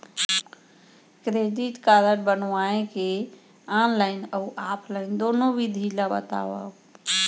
Credit card बनवाए के online अऊ ऑफलाइन दुनो विधि ला बतावव?